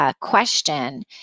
Question